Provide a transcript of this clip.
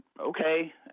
Okay